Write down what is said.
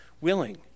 willing